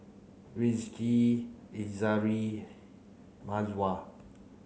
Rizqi Izzara Mawar